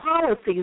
policies